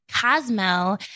Cosmo